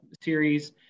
series